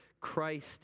Christ